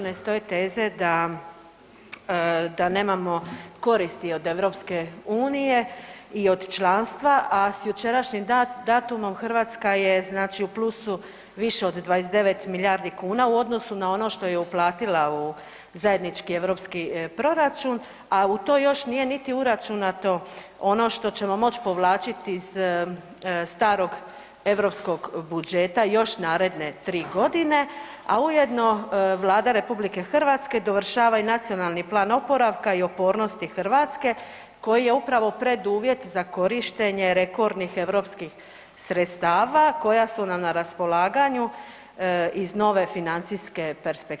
Ne stoje teze da nemamo koristi od EU i od članstva, a s jučerašnjim datumom Hrvatska je znači u plusu više od 29 milijardi kuna u odnosu na ono što je uplatila u zajednički EU proračun, a u to još nije niti uračunato ono što ćemo moći povlačiti iz starog europskog budžeta još naredne 3 godine, a ujedno Vlada RH dovršava i Nacionalni plan oporavka i otpornosti Hrvatske, koji je upravo preduvjet za korištenje rekordnih europskih sredstava koja su nam na raspolaganju iz nove financijske perspektive.